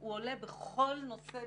הוא עולה בכל נושא,